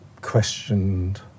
questioned